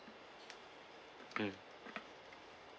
mm